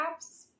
apps